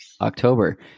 October